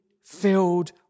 filled